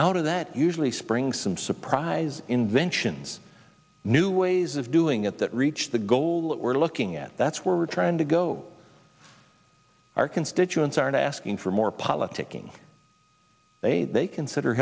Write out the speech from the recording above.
of that usually spring some surprise inventions new ways of doing it that reach the goal we're looking at that's where we're trying to go our constituents are asking for more politicking they they consider